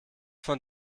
von